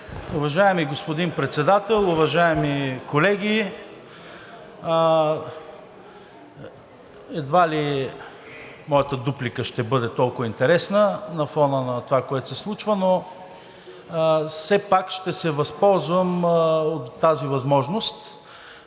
Уважаеми господин Председател, уважаеми колеги! Едва ли моята дуплика ще бъде толкова интересна на фона на това, което се случва, но все пак ще се възползвам от тази възможност.